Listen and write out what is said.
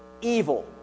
evil